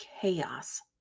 chaos